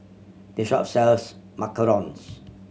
this shop sells macarons